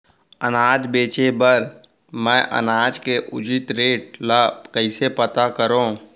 अनाज बेचे बर मैं अनाज के उचित रेट ल कइसे पता करो?